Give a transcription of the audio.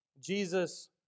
Jesus